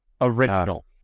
Original